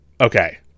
okay